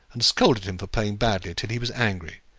and scolded him for playing badly till he was angry,